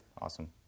Awesome